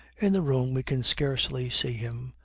in the room we could scarcely see him,